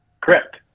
Correct